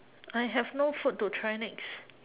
I have no food to try next